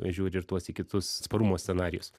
žiūri ir tuos į kitus atsparumo scenarijus